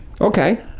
okay